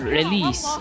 release